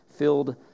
Filled